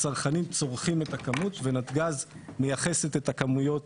הצרכנים צורכים את הכמות ונתגז מייחסת את הכמויות